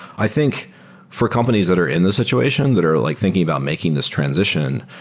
i think for companies that are in this situation that are like thinking about making this transition,